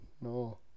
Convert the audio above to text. No